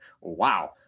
Wow